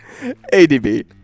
ADB